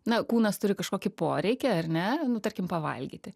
na kūnas turi kažkokį poreikį ar ne nu tarkim pavalgyti